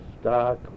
stock